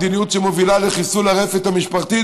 כשהמדיניות גם מובילה לחיסול הרפת המשפחתית,